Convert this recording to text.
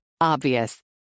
Obvious